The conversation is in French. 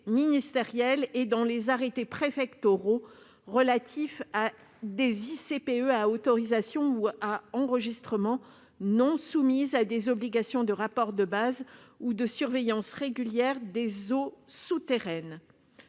ministériels et dans les arrêtés préfectoraux relatifs aux ICPE soumises à autorisation environnementale ou à enregistrement, mais non soumises à des obligations de rapport de base ou de surveillance régulière des eaux souterraines.